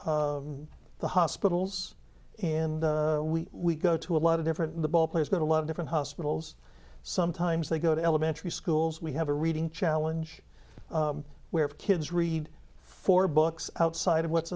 visit the hospitals and we we go to a lot of different in the ballplayers got a lot of different hospitals sometimes they go to elementary schools we have a reading challenge where kids read for books outside of what's